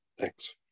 thanks